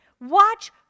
Watch